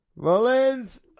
Rollins